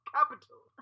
Capital